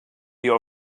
your